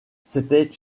c’était